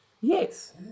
Yes